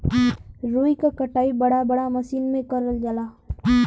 रुई क कटाई बड़ा बड़ा मसीन में करल जाला